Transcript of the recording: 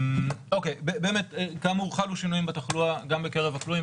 כאמור, חלו שינויים בתחלואה גם בקרב הכלואים.